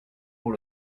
pour